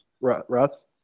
Russ